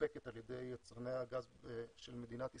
המסופקת על ידי יצרני הגז של מדינת ישראל,